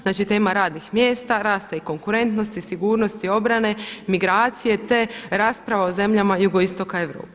Znači tema radnih mjesta, rasta i konkurentnosti, sigurnosti, obrane, migracije te rasprava o zemljama jugoistoka Europe.